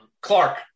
Clark